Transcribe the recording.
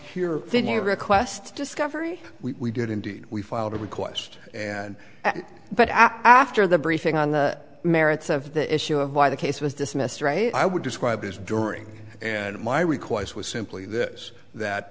any requests discovery we did indeed we filed a request and but after the briefing on the merits of the issue of why the case was dismissed or a i would describe this during and my requests was simply this that